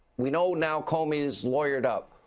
we know now comey is lawyered up.